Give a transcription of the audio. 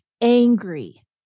angry